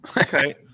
Okay